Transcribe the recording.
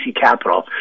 Capital